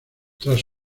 tras